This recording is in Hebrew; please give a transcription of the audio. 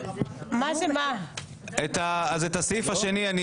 את הסעיף השני,